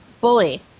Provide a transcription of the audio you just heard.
Bully